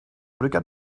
brukar